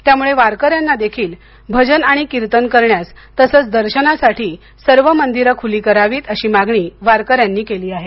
त्यामुळे वारकर्यांना देखील भजन आणि किर्तन करण्यास तसेच दर्शनासाठी सर्वच मंदीरे खुली करावीत अशी मागणी वारकर्यांनी केली आहे